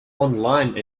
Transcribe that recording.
online